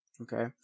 okay